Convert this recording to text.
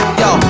yo